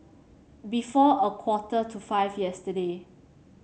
before a quarter to five yesterday